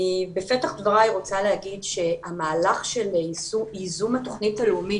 אני בפתח דבריי רוצה להגיד שהמהלך של ייזום התוכנית הלאומית